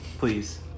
Please